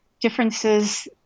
differences